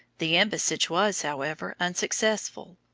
the embassage was, however, unsuccessful.